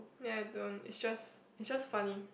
ya I don't it's just it's just funny